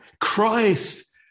Christ